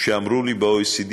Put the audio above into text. שאמרו לי ב-OECD,